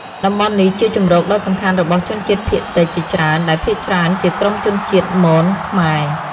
តំបន់នេះជាជម្រកដ៏សំខាន់របស់ជនជាតិភាគតិចជាច្រើន ដែលភាគច្រើនជាក្រុមជនជាតិមន-ខ្មែរ។